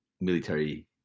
military